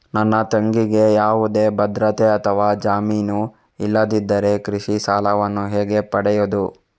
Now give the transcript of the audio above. ನನ್ನ ತಂಗಿಗೆ ಯಾವುದೇ ಭದ್ರತೆ ಅಥವಾ ಜಾಮೀನು ಇಲ್ಲದಿದ್ದರೆ ಕೃಷಿ ಸಾಲವನ್ನು ಹೇಗೆ ಪಡೆಯುದು?